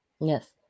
Yes